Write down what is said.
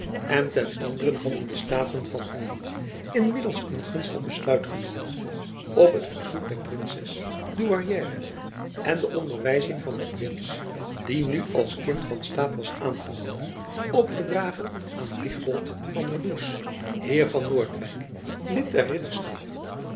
en ten anderen hadden de staten van holland inmiddels een gunstig besluit genomen op het verzoek der princes douairière en de jacob van lennep elizabeth musch onderwijzing van den prins die nu als kind van staat was aangenomen opgedragen aan wigbold van der does heer van noordwijck lid der ridderschap